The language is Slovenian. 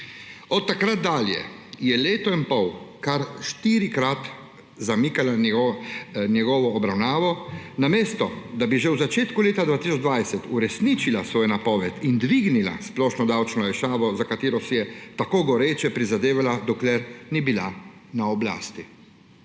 Od takrat dalje je leto in pol kar štirikrat zamaknila njegovo obravnavo, namesto da bi že v začetku leta 2020 uresničila svojo napoved in dvignila splošno davčno olajšavo, za katero si je tako goreče prizadevala, dokler ni bila na oblasti.